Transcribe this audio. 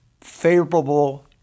favorable